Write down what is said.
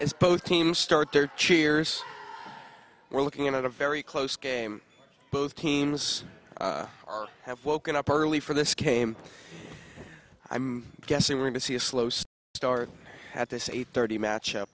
as both teams start their cheers we're looking at a very close game both teams are have woken up early for this game i'm guessing we're going to see a slow so start at this eight thirty match up